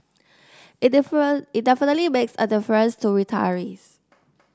it different it definitely make a difference to retirees